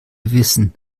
wissen